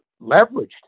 leveraged